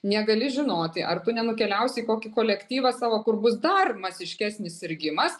negali žinoti ar tu nenukeliausi į kokį kolektyvą savo kur bus dar masiškesnis sirgimas